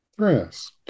yes